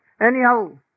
Anyhow